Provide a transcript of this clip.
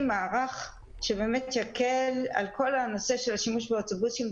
מערך שיקל על כל הנושא של השימוש באוטובוסים,